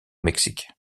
mexique